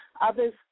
others